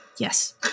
Yes